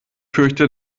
fürchte